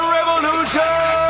Revolution